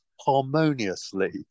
harmoniously